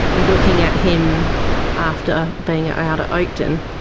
looking at him after being out at oakton,